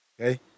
okay